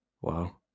Wow